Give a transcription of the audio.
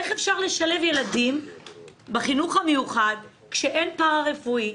איך אפשר לשלב ילדים בחינוך המיוחד כשאין פרא-רפואי,